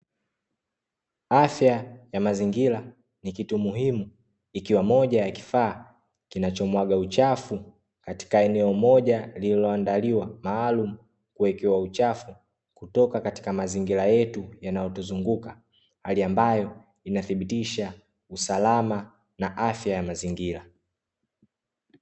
Afya ya mazingira ni kitu muhimu, ikiwa moja ya kifaa kinachomwaga uchafu katika eneo moja lililoandaliwa maalumu kuwekewa uchafu, kutoka katika mazingira yetu yanayotuzunguka, hali ambayo inathibitisha usalama na afya ya mazingira.